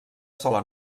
sola